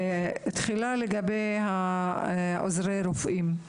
תחילה לגבי עוזרי הרופאים.